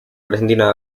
argentina